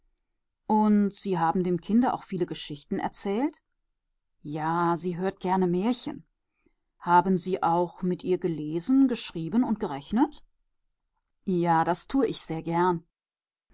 und sie haben dem kinde auch viele geschichten erzählt ja sie hört gerne märchen haben sie auch mit ihr gelesen geschrieben und gerechnet ja ich tue das sehr gern